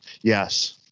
Yes